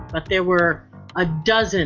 but there were a dozen